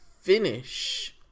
finish